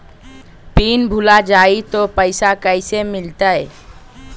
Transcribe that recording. Pin भूला जाई तो पैसा कैसे मिलते?